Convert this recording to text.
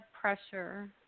pressure